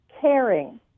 caring